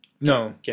no